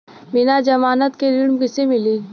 बिना जमानत के ऋण कईसे मिली?